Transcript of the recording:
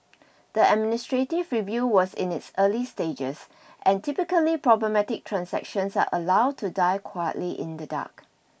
the administrative review was in its early stages and typically problematic transactions are allowed to die quietly in the dark